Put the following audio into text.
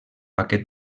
aquest